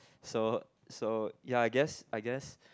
so so ya I guess I guess